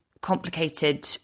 complicated